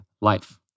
life